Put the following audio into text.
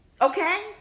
Okay